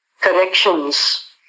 corrections